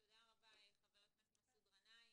תודה, חבר הכנסת גנאים.